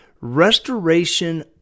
restoration